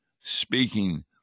speaking